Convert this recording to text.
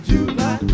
July